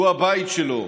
הוא הבית שלו,